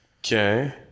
Okay